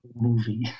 movie